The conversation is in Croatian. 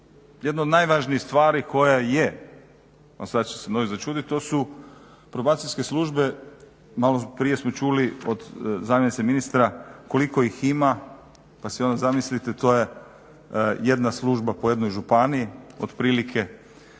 jedno od najvažnijih stvari koja je, a sada ćete se možda začuditi, to su probacijske službe, maloprije smo čuli od zamjenice ministra koliko ih ima pa si onda zamislite, to je jedna služba po jednoj županiji, otprilike,